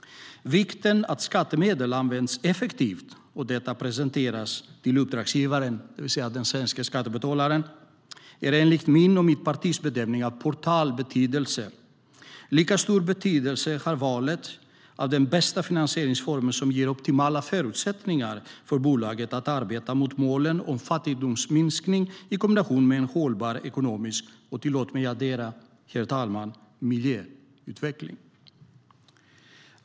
Vikten av att skattemedel används effektivt och att detta presenteras till uppdragsgivaren, det vill säga den svenske skattebetalaren, är enligt min och mitt partis bedömning av portalbetydelse. Lika stor betydelse har valet av den bästa finansieringsformen som ger optimala förutsättningar för bolaget att arbeta mot målen om fattigdomsminskning i kombination med en hållbar ekonomisk utveckling och - tillåt mig addera, herr talman - miljöutveckling.